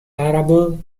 arable